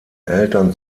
eltern